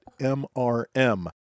MRM